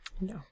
no